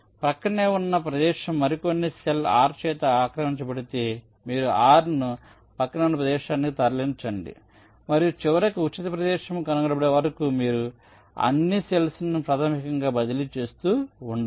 ప్రక్కనే ఉన్న ప్రదేశం మరికొన్ని సెల్ r చేత ఆక్రమించబడితే మీరు r ను ప్రక్కనే ఉన్న ప్రదేశానికి తరలించండి మరియు చివరకు ఉచిత ప్రదేశం కనుగొనబడే వరకు మీరు అన్ని సెల్స్ ను ప్రాథమికంగా బదిలీ చేస్తూ ఉండండి